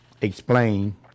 explain